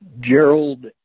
Gerald